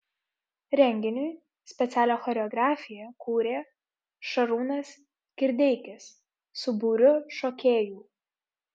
renginiui specialią choreografiją kūrė šarūnas kirdeikis su būriu šokėjų